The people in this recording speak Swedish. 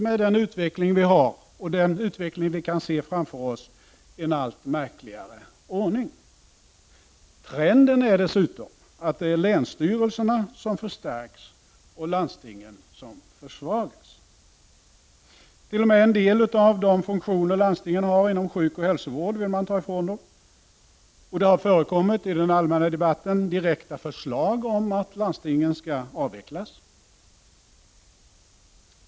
Med den utveckling vi har, och den utveckling vi kan se framför oss, blir det en allt märkligare ordning. Trenden är dessutom att länsstyrelserna förstärks och landstingen försvagas. Man vill t.o.m. ta ifrån landstingen en del av funktionerna inom sjukoch hälsovården. I den allmänna debatten har det förekommit direkta förslag om att landstingen skall avvecklas.